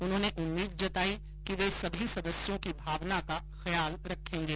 उन्होंने उम्मीद जताई कि वे सभी सदस्यों की भावना का ख्याल रखेंगे